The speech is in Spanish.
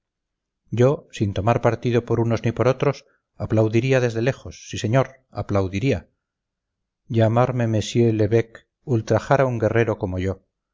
yo sin tomar partido por unos ni por otros aplaudiría desde lejos sí señor aplaudiría llamarme monseigneur l'éveque ultrajar a un guerrero como yo